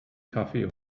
kaffee